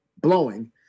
blowing